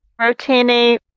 Rotini